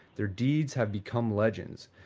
their deeds have become legends.